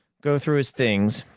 go through his things.